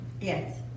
Yes